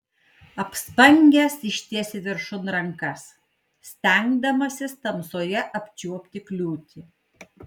apspangęs ištiesė viršun rankas stengdamasis tamsoje apčiuopti kliūtį